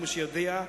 כמו שאדוני יודע.